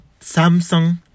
Samsung